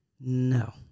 No